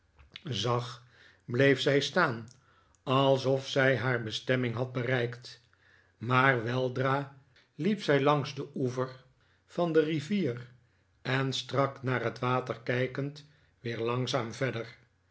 zag bleef zij staan alsof zij haar bestemming had bereikt maar weldra liep zij langs den oever van de rivier en strak naar het water kijkend weer langzaam verder